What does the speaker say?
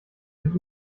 mit